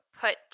put